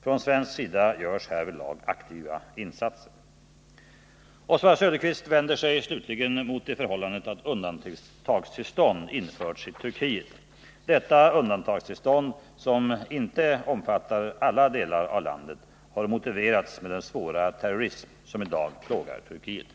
Från svensk sida görs härvidlag aktiva insatser. Oswald Söderqvist vänder sig slutligen mot det förhållandet att undantagstillstånd införts i Turkiet. Detta undantagstillstånd, som inte omfattar alla delar av landet, har motiverats med den svåra terrorism som i dag plågar Turkiet.